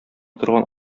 торган